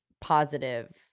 positive